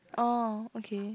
orh okay